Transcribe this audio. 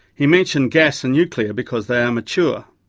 he mentioned gas and nuclear because they are mature.